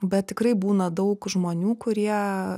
bet tikrai būna daug žmonių kurie